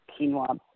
quinoa